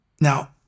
Now